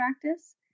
practice